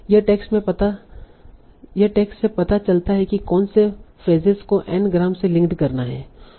यह टेक्स्ट से पता चलता है कि कौन से फ्रेसेस को n ग्राम से लिंक्ड करना है